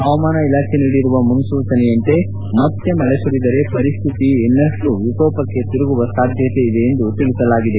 ಹವಾಮಾನ ಇಲಾಖೆ ನೀಡಿರುವ ಮುನ್ಲೂಚನೆಯಂತೆ ಮತ್ತೆ ಮಳೆ ಸುರಿದರೆ ಪರಸ್ಥಿತಿ ಇನ್ನಷ್ಟು ವಿಕೋಪಕ್ಕೆ ತಿರುಗುವ ಸಾಧ್ಯತೆ ಇದೆ ಎನ್ನಲಾಗಿದೆ